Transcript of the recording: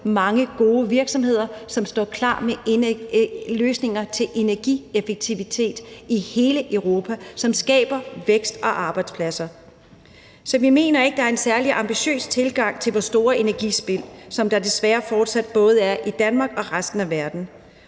mange gode virksomheder, som står klar med løsninger til energieffektivitet i hele Europa, som skaber vækst og arbejdspladser. Så vi mener ikke, der er en særlig ambitiøs tilgang til det store energispild, som der desværre fortsat både er i Danmark og i resten af verden.